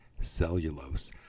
cellulose